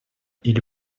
или